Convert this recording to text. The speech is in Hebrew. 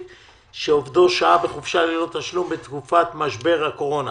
שעובדו שהה בחופשה ללא תשלום בתקופת משבר הקורונה),